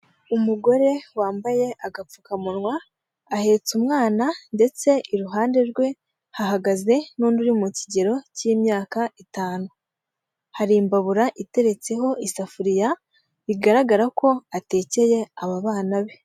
Umugore wambaye agapfukamunwa ahetse umwana ndetse iruhande rwe hahagaze n'undi uri mu kigero cy'imyaka itanu hari imbabura iteretseho isafuriya bigaragara ko atekeye aba bana be.